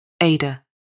Ada